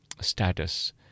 status